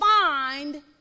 Find